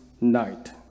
night